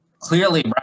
Clearly